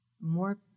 more